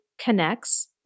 connects